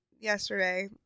yesterday